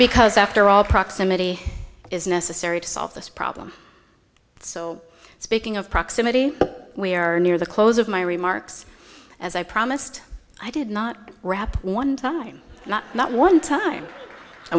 because after all proximity is necessary to solve this problem so speaking of proximity we are near the close of my remarks as i promised i did not wrap one time not one time i